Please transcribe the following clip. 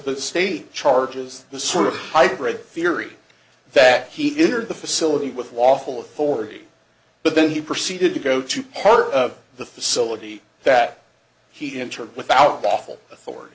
the state charges the sort of hybrid theory that he entered the facility with lawful authority but then he proceeded to go to part of the facility that he entered without awful authority